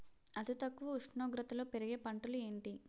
అతి తక్కువ ఉష్ణోగ్రతలో పెరిగే పంటలు ఏంటి?